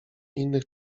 innych